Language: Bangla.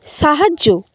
সাহায্য